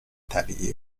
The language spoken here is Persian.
طبیعی